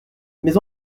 mais